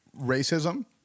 Racism